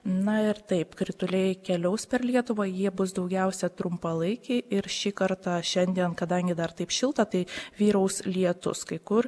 na ir taip krituliai keliaus per lietuvą jie bus daugiausia trumpalaikiai ir šį kartą šiandien kadangi dar taip šilta tai vyraus lietus kai kur